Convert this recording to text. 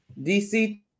DC